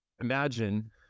imagine